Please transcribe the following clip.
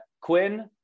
Quinn